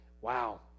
Wow